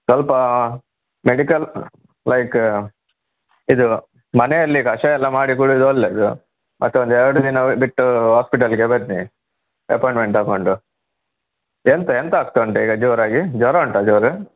ಸ್ವಲ್ಪ medical like ಇದು ಮನೆಯಲ್ಲಿ ಕಷಾಯ ಎಲ್ಲ ಮಾಡಿ ಕುಡಿಯೋದು ಒಳ್ಳೇದು ಮತ್ತು ಒಂದು ಎರಡು ದಿನ ಬಿಟ್ಟು ಹಾಸ್ಪಿಟಲ್ಗೆ ಬನ್ನಿ ಅಪಾಯಿಂಟ್ಮೆಂಟ್ ತೊಗೊಂಡು ಎಂಥ ಎಂಥ ಆಗ್ತಾ ಉಂಟು ಈಗ ಜೋರಾಗಿ ಜ್ವರ ಉಂಟಾ ಜೋರು